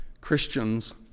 Christians